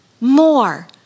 more